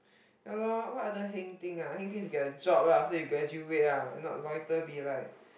ya lor what other heng thing ah heng thing is to get a job lah after you graduate ah not loiter be like